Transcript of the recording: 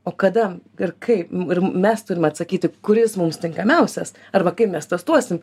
o kada ir kaip ir mes turim atsakyti kuris mums tinkamiausias arba kaip mes testuosim